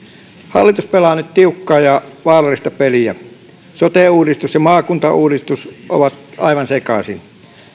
hallitus pelaa nyt tiukkaa ja vaarallista peliä sote uudistus ja maakuntauudistus ovat aivan sekaisin